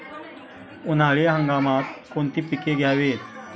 उन्हाळी हंगामात कोणती पिके घ्यावीत?